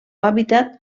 hàbitat